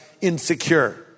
insecure